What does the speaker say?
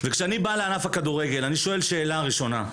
כשאני בא לענף הכדורגל, אני שואל שאלה ראשונה: